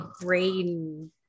brain